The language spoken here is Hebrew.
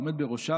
העומד בראשה,